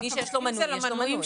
מי שיש לו מנוי, יש לו מנוי.